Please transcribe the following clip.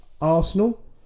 Arsenal